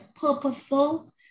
purposeful